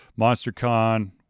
MonsterCon